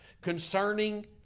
concerning